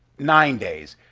nine days,